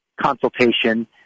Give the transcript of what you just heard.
consultation